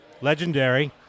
legendary